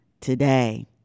today